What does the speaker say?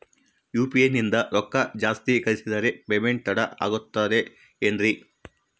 UPI ನಿಂದ ರೊಕ್ಕ ಜಾಸ್ತಿ ಕಳಿಸಿದರೆ ಪೇಮೆಂಟ್ ತಡ ಆಗುತ್ತದೆ ಎನ್ರಿ?